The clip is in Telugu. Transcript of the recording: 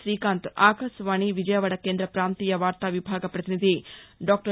శ్రీకాంత్ ఆకాశవాణి విజయవాడ కేంద్ర పాంతీయ వార్తా విభాగ పతినిధి డాక్టర్